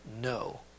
no